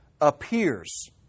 appears